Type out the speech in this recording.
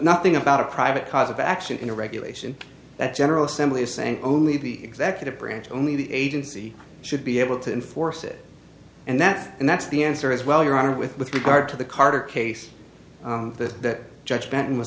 nothing about a private cause of action in a regulation that general assembly is saying only the executive branch only the agency should be able to enforce it and that's and that's the answer as well your honor with with regard to the carter case that judge benton was